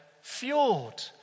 Fjord